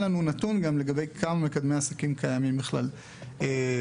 אין לנו נתון לגבי כמה מקדמי עסקים קיימים בכלל ברשויות.